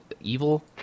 evil